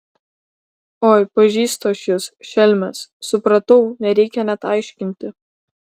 oi pažįstu aš jus šelmes supratau nereikia net aiškinti